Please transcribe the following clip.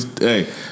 hey